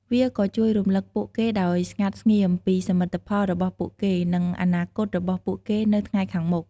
វាក៏ជួយរំលឹកពួកគេដោយស្ងាត់ស្ងៀមពីសមិទ្ធផលរបស់ពួកគេ និងអនាគតរបស់ពួកគេនៅថ្ងៃខាងមុខ។